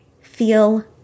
Feel